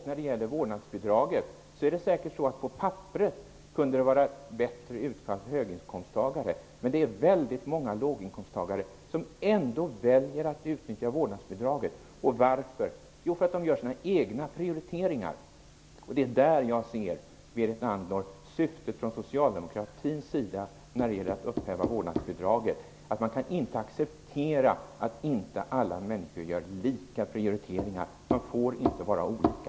När det gäller vårdnadsbidraget är det säkert så att det på papperet kan vara bättre utfall för höginkomsttagare, men det är väldigt många låginkomsttagare som ändå väljer att utnyttja vårdnadsbidraget. Och varför? Jo, därför att de gör sina egna prioriteringar. Anledningen till att socialdemokraterna vill ta bort vårdnadsbidraget är att man inte kan acceptera att alla människor inte gör lika prioriteringar. Människor får inte vara olika.